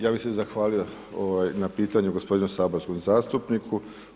Ja bih se zahvalio na pitanju gospodinu saborskom zastupnika.